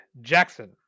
Jackson